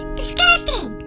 disgusting